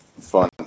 fun